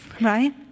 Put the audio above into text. right